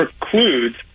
precludes